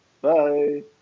Bye